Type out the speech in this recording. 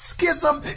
Schism